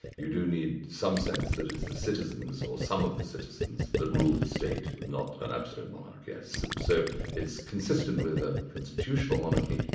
you do need some sense that it's the citizens, or some of the citizens, that rule the state, not an absolute monarch, yes. so it's consistent with a constitutional monarchy,